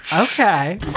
Okay